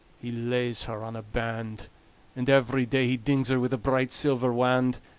he lays her on a band and every day he dings her with a bright silver wand.